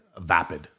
vapid